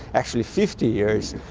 actually fifty years,